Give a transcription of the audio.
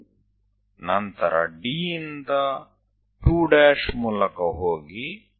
પછી D પાસે 2 થી થઈને જાઓ